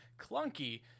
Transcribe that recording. clunky